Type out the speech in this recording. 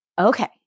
Okay